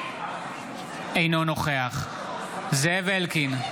אינו נוכח זאב אלקין,